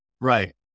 right